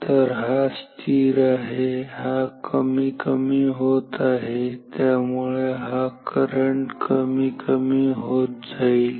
तर हा स्थिर आहे हा कमी कमी होत आहे त्यामुळे हा करंट कमी कमी होत जाईल